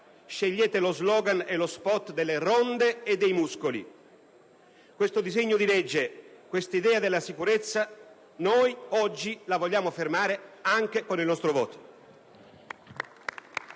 scegliete lo *slogan* e lo *spot* delle ronde e dei muscoli. Questo disegno di legge, questa idea della sicurezza noi oggi li vogliamo fermare anche con il nostro voto.